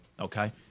Okay